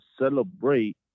celebrate